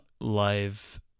live